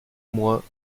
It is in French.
moins